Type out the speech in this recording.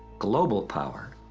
global power!